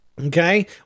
Okay